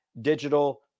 digital